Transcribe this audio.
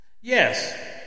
Yes